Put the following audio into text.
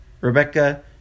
rebecca